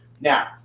Now